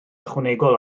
ychwanegol